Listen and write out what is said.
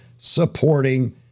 supporting